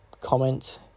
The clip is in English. comment